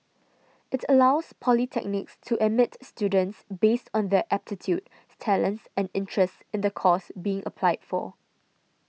it allows polytechnics to admit students based on their aptitude talents and interests in the course being applied for